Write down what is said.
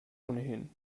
ohnehin